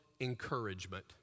Encouragement